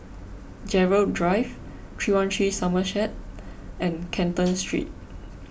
Gerald Drive three one three Somerset and Canton Street